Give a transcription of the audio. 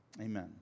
Amen